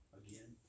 again